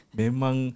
memang